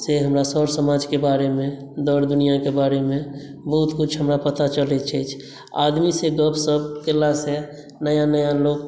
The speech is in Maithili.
से हमरा सर समाजके बारेमे दर दुनियाके बारेमे बहुत किछु हमरा पता चलैत अछि आदमीसॅं गपसप केलासँ नया नया लोक